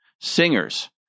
singers